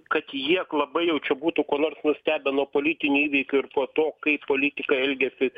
kad jie labai jau čia būtų kuo nors nustebę nuo politinių įvykių ir po to kaip politikai elgiasi